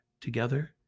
Together